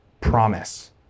Promise